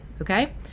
Okay